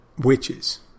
witches